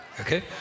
Okay